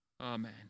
Amen